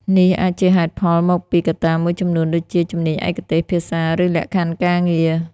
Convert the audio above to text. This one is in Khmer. នេះអាចជាហេតុផលមកពីកត្តាមួយចំនួនដូចជា ជំនាញឯកទេស ភាសា ឬលក្ខខណ្ឌការងារ។